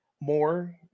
more